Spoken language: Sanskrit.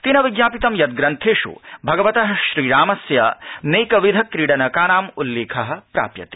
तेन विज्ञापितं यत् ग्रन्थेषु भगवत श्री रामस्य नैकविध क्रीडनकानाम् उल्लेख प्राप्यते